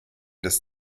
des